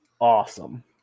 awesome